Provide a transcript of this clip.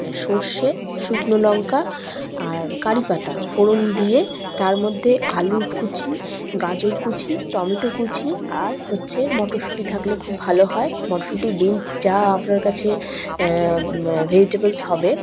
সর্ষে শুকনো লঙ্কা আর কারিপাতা ফোড়ন দিয়ে তার মধ্যে আলুর কুচি গাজর কুচি টমেটো কুচি আর হচ্ছে মটরশুঁটি থাকলে খুব ভালো হয় মটরশুঁটি বিন্স যা আপনার কাছে ভেজিটেবলস হবে